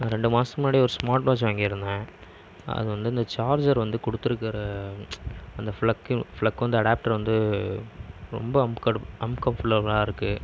நான் ரெண்டு மாதத்துக்கு முன்னாடி ஒரு ஸ்மார்ட் வாட்ச் வாங்கி இருந்தேன் அது வந்து சார்ஜர் வந்து கொடுத்து இருக்கிற அந்த ஃபிளக் ஃபிளக் வந்து அடாப்டர் வந்து ரொம்ப அன் கடுப் ரொம்ப அன்கம்ஃபோர்ட்டபுல்லாக இருக்கு